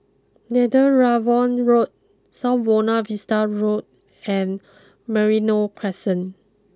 Netheravon Road South Buona Vista Road and Merino Crescent